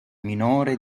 minore